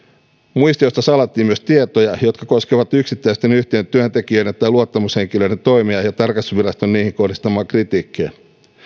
muistiosta salattiin myös tietoja jotka koskivat yksittäisten yhtiön työntekijöiden tai luottamushenkilöiden toimia ja tarkastusviraston niihin kohdistamaa kritiikkiä